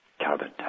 Carbon